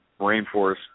rainforest